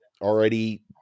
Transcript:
already